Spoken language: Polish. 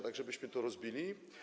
Tak byśmy to rozbili.